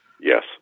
Yes